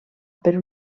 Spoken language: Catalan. per